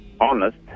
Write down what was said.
honest